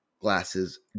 glasses